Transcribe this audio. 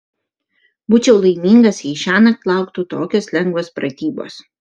būčiau laimingas jei šiąnakt lauktų tokios lengvos pratybos